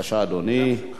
גם שלך, אדוני היושב-ראש.